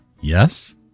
yes